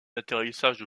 atterrissage